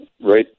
right